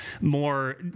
more